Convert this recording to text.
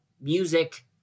music